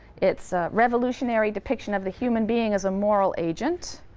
its revolutionary depiction of the human being as a moral agent,